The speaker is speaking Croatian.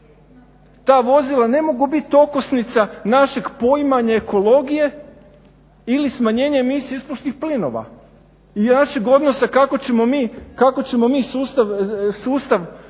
ta vozila ne mogu biti okosnica našeg poimanja ekologije ili smanjenja emisije ispušnih plinova i našeg odnosa kako ćemo mi sustav oporezovanja